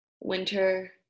winter